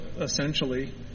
essentially